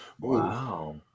wow